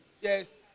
Yes